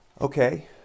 Okay